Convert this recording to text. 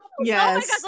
yes